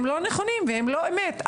הם לא נכונים והם לא אמת.